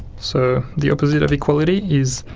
so the opposite of equality, is!